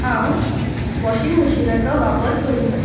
हांव वॉशिंग मशीनाचो वापर करीना